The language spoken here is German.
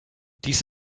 dies